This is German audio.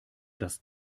das